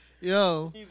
Yo